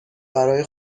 برای